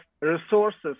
resources